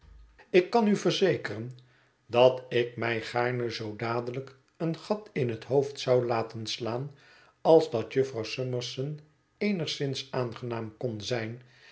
ik kan u verzekeren dat ik mij gaarne zoo dadelijk een gat in het hoofd zou laten slaan als dat jufvrouw summerson eenigszins aangenaam kon zijn